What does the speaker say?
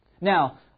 Now